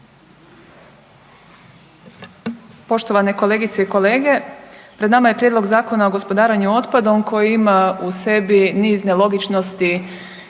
Poštovane kolegice i kolege, pred nama je prijedlog Zakona o gospodarenju otpadom koji ima u sebi niz nelogičnosti